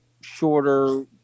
shorter